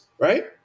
right